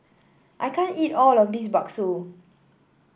I can't eat all of this bakso